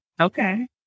Okay